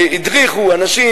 שהדריכו אנשים,